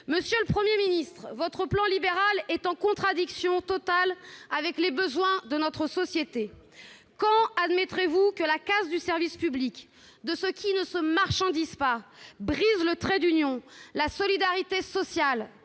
Monsieur le Premier ministre, votre plan libéral est en totale contradiction avec les besoins de notre société. Quand admettrez-vous que la casse du service public, de ce qui ne se marchandise pas, brise le trait d'union, la solidarité sociale